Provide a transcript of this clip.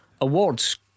Awards